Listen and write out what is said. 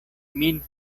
min